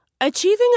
Achieving